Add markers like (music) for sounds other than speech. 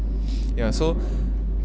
(breath) ya so (breath)